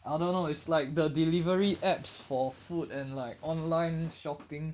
I don't know it's like the delivery apps for food and like online shopping